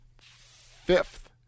fifth